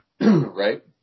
Right